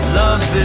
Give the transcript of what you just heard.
love